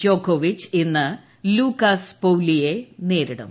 ജോക്കോവിച്ച് ഇന്ന് ലൂക്കാസ് പോലിയെ നേരിടും